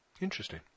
Interesting